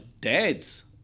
dad's